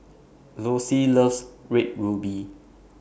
Lossie loves Red Ruby